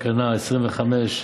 תקנה 25(3)